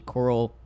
Coral